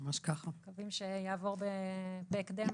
אנחנו מקווים שיעבור בהקדם.